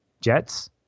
jets